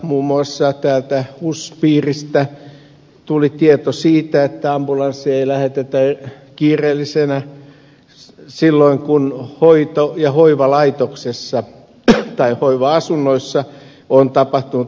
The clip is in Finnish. muun muassa täältä husin piiristä tuli tieto siitä että ambulanssia ei lähetetä kiireellisenä silloin kun hoito ja hoivalaitoksessa tai hoiva asunnossa on tapahtunut aivoverenkiertohäiriö